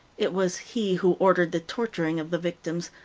it was he who ordered the torturing of the victims,